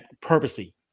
purposely